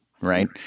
Right